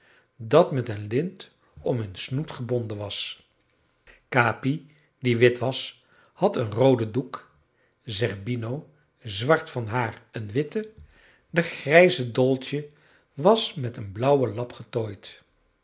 dat met een lint om hun snoet gebonden was capi die wit was had een rooden doek zerbino zwart van haar een witten de grijze dolce was met een blauwen lap getooid